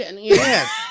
Yes